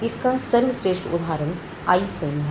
इसका सर्वश्रेष्ठ उदाहरण आईफोन है